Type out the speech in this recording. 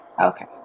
Okay